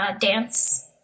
dance